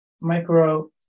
micro